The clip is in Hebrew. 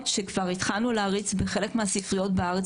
שכבר התחלנו להריץ בחלק מהספריות בארץ,